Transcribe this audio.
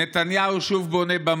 נתניהו שוב בונה במות.